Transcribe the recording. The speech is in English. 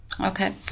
Okay